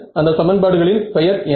அந்த சமன்பாடுகளின் பெயர் என்ன